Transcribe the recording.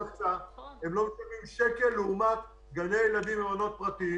הם לא משלמים שקל לעומת גני ילדים ומעונות פרטיים.